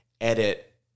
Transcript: edit